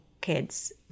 kids